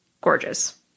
gorgeous